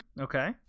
Okay